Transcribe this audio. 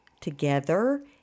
together